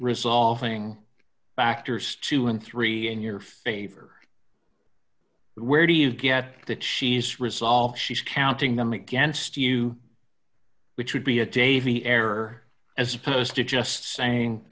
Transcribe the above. resolving factors two and three in your favor where do you get that she's resolved she's counting them against you which would be a j v error as opposed to just saying